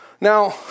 Now